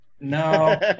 No